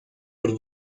por